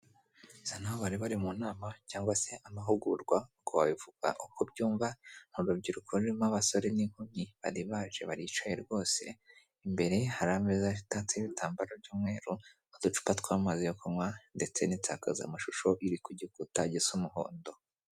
Bisa nk'aho bari bari mu nama cyangwa se amahugurwa, wabivuga uko byumva. Urubyiruko rurimo abasore n'inkumi bari baje, baricaye rwose; imbere hari ameza atantseho ibitambaro by'umweru, uducupa tw'amazi yo kunywa, ndetse n'insakazamashusho iri kugikuta gisa umuhondo.